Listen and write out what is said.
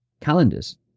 calendars